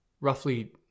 Roughly